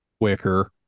quicker